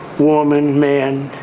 woman, man,